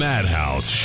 Madhouse